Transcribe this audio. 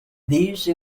these